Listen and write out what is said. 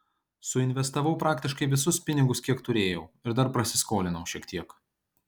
suinvestavau praktiškai visus pinigus kiek turėjau ir dar prasiskolinau šiek tiek